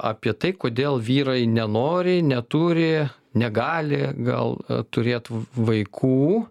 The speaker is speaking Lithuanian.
apie tai kodėl vyrai nenori neturi negali gal turėt vaikų